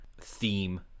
theme